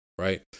Right